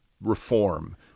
Reform